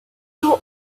two